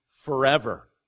forever